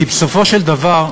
כי בסופו של דבר,